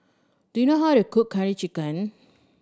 do you know how to cook Curry Chicken